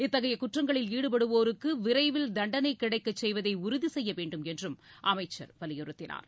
இத்தகைய குற்றங்களில் ஈடுபடுவோருக்கு விரைவில் தண்டனை கிடைக்கச் செய்வதை உறுதிசெய்ய வேண்டும் என்றும் அமைச்சர் வலியுறுத்தினார்